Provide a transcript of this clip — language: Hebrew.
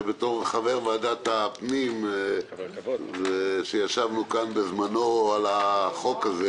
בתור חבר ועדת הפנים שישבנו כאן בזמנו על החוק הזה